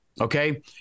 Okay